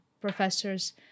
professors